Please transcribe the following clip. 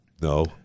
No